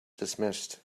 dismissed